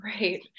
right